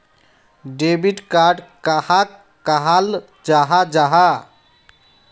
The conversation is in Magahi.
डेबिट कार्ड कहाक कहाल जाहा जाहा?